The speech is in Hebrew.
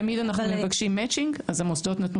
תמיד אנחנו מבקשים מצ'ינג אז המוסדות נתנו